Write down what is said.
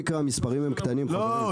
לא,